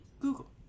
Google